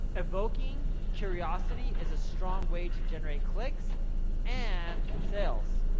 evoking curiosity is a strong way to generate clicks and sales.